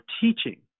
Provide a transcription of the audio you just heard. teaching